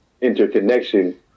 interconnection